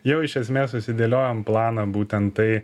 jau iš esmės susidėliojom planą būtent tai